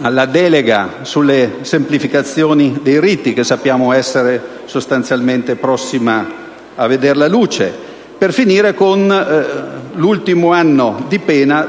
alla delega sulle semplificazioni dei riti, che sappiamo essere sostanzialmente prossima a vedere la luce, per finire con l'ultimo anno di pena